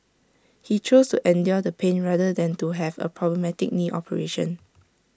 he chose to endure the pain rather than to have A problematic knee operation